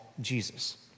Jesus